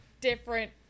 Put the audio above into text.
different